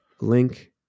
link